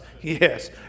Yes